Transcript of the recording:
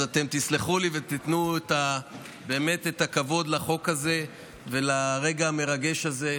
אז אתם תסלחו לי ותיתנו את הכבוד לחוק הזה ולרגע המרגש הזה.